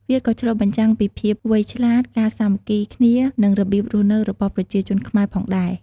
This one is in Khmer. វាក៏ឆ្លុះបញ្ចាំងពីភាពវៃឆ្លាត ការសាមគ្គីគ្នា និងរបៀបរស់នៅរបស់ប្រជាជនខ្មែរផងដែរ។